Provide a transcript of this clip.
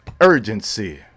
urgency